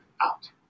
out